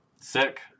Sick